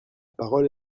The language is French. parole